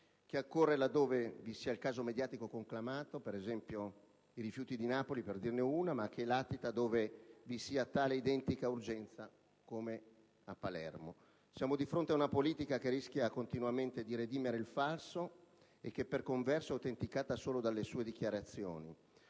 e accorre laddove vi sia il caso mediatico conclamato, come per esempio i rifiuti di Napoli, ma latita dove vi sia tale identica urgenza, come a Palermo. Siamo di fronte a una politica che rischia continuamente di redimere il falso e che, per converso, è autenticata solo dalle sue dichiarazioni.